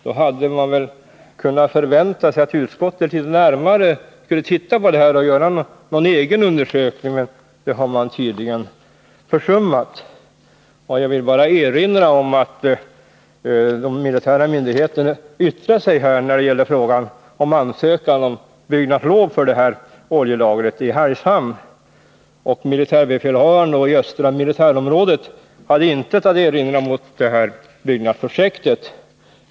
Då hade man väl kunnat förvänta att utskottet hade tittat litet närmare på det här genom att göra en egen undersökning. Men det har man tydligen försummat. Jag vill bara erinra om att de militära myndigheterna yttrade sig när det gällde frågan om byggnadslov för oljelagret i Hargshamn. Militärbefälhavaren i östra militärområdet hade då intet att erinra mot det här byggnadsprojektet.